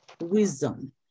Wisdom